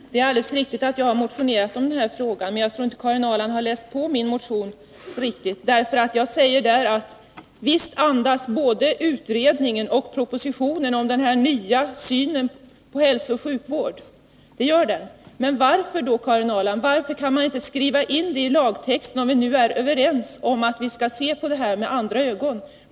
Herr talman! Det är alldeles riktigt att jag har motionerat i den här frågan, men jag tror inte att Karin Ahrland har läst på min motion tillräckligt. Jag säger där: Visst andas både utredningen och propositionen den här nya synen på hälsooch sjukvården. Men varför kan man då inte, Karin Ahrland, skriva in det i lagtexten — om man nu är överens om att man skall se på detta med andra ögon?